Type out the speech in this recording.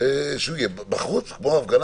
יהיה בחוץ, כמו הפגנה.